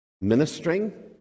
ministering